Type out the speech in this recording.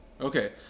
Okay